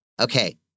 Okay